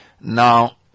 Now